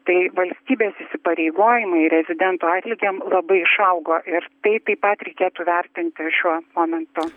tai valstybės įsipareigojimai rezidentų atlygiam labai išaugo ir tai taip pat reikėtų vertinti šiuo momento